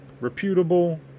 Reputable